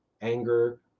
anger